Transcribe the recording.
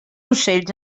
ocells